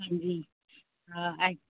हां जी हा